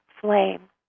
flame